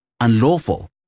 unlawful